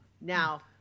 Now